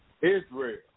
Israel